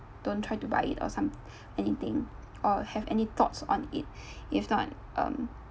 don't try to buy it or some~ anything or have any thoughts on it if not um